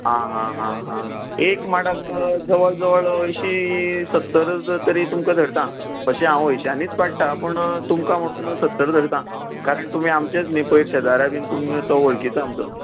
आं हां हां हां एक माडाक जवळ जवळ अंयशी सत्तर जर तरी तुमकां धरता हरशीं हांव अंयशानीच पाडटा पूण तुमकां म्हणोन सत्तर धरतां कारण तुमी आमचेच न्ही पयर शेजाऱ्यां बीन तुमगे तो वळखीचो आमचो